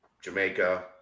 Jamaica